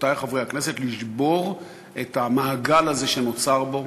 רבותי חברי הכנסת, לשבור את המעגל הזה שנוצר פה.